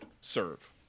serve